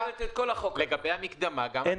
לגבי המקדמה --- כל אי הסכמה ביניכם עוקרת את כל החוק.